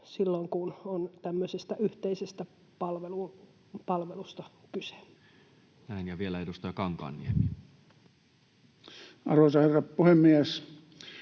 silloin, kun on tämmöisestä yhteisestä palvelusta kyse. Näin. — Ja vielä edustaja Kankaanniemi. Arvoisa herra puhemies!